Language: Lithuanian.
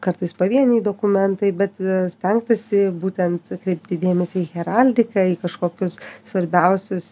kartais pavieniai dokumentai bet stengtasi būtent atkreipti dėmesį į heraldiką į kažkokius svarbiausius